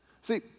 See